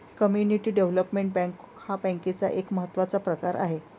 community development bank हा बँकेचा एक महत्त्वाचा प्रकार आहे